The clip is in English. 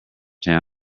town